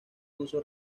uso